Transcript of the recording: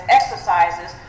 exercises